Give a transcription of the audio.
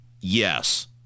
Yes